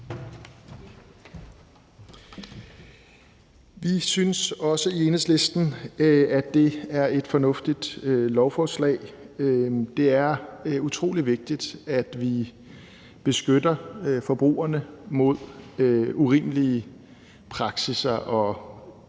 Vi synes også i Enhedslisten, at det er et fornuftigt lovforslag. Det er utrolig vigtigt, at vi beskytter forbrugerne mod urimelige praksisser i